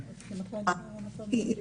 אבל גם אני מחזיקה אסיר בהפרדה,